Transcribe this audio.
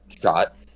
shot